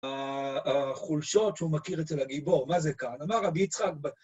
החולשות שהוא מכיר אצל הגיבור, מה זה כאן? אמר רבי יצחק...